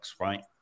right